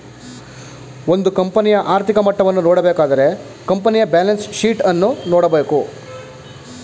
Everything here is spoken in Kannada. ಒಂದು ಕಂಪನಿಯ ಆರ್ಥಿಕ ಮಟ್ಟವನ್ನು ನೋಡಬೇಕಾದರೆ ಕಂಪನಿಯ ಬ್ಯಾಲೆನ್ಸ್ ಶೀಟ್ ಅನ್ನು ನೋಡಬೇಕು